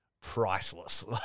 priceless